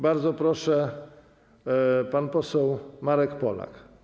Bardzo proszę, pan poseł Marek Polak.